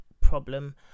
problem